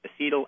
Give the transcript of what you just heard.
acetyl